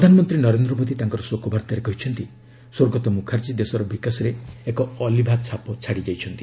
ପ୍ରଧାନମନ୍ତ୍ରୀ ନରେନ୍ଦ୍ର ମୋଦୀ ତାଙ୍କ ଶୋକବାର୍ତ୍ତାରେ କହିଛନ୍ତି ସ୍ୱର୍ଗତ ମୁଖାର୍ଜୀ ଦେଶର ବିକାଶରେ ଏକ ଅଲିଭା ଛାପ ଛାଡ଼ିଯାଇଛନ୍ତି